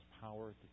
power